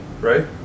right